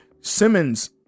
Simmons